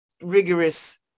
rigorous